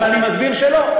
אבל אני מסביר שלא.